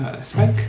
Spike